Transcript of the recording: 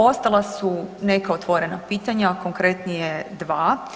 Ostala su neka otvorena pitanja konkretnije dva.